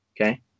okay